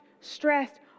stressed